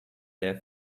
there